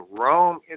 Rome